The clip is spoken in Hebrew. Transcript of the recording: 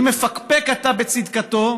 ואם מפקפק אתה בצדקתו